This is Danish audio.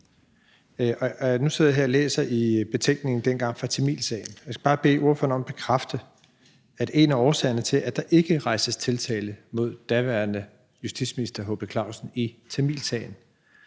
Nu sidder jeg her og læser i betænkningen fra tamilsagen dengang, og jeg skal bare bede ordføreren om at bekræfte, at en af årsagerne til, at der ikke rejstes tiltale mod daværende justitsminister H. P. Clausen i tamilsagen